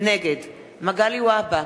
נגד מגלי והבה,